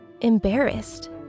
embarrassed